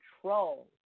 control